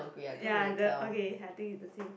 ya the okay I think it's the same